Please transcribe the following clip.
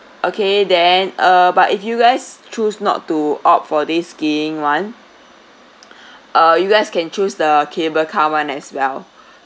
okay then uh but if you guys choose not to opt for this skiing [one] uh you guys can choose the cable car [one] as well